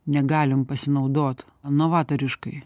negalim pasinaudot novatoriškai